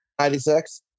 96